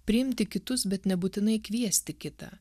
priimti kitus bet nebūtinai kviesti kitą